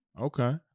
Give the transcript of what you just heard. Okay